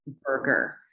burger